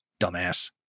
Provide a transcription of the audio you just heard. Dumbass